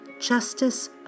justice